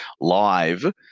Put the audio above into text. live